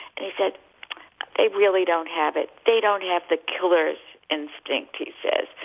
and he said they really don't have it. they don't have the killer instinct, he says,